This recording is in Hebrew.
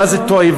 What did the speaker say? מה זה תועבה.